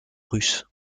russes